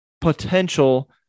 potential